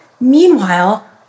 Meanwhile